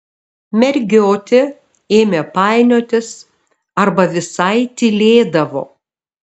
mergiotė ėmė painiotis arba visai tylėdavo